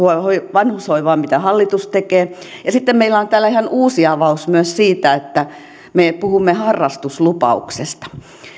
vanhushoivaan mitä hallitus tekee sitten meillä on täällä ihan uusi avaus myös siinä että me puhumme harrastuslupauksesta